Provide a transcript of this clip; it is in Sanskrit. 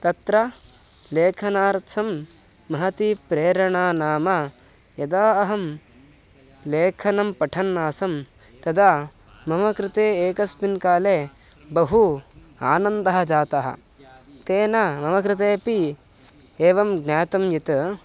तत्र लेखनार्थं महती प्रेरणा नाम यदा अहं लेखनं पठन् आसं तदा मम कृते एकस्मिन् काले बहु आनन्दः जातः तेन मम कृतेपि एवं ज्ञातं यत्